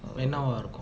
err